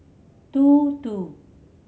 two two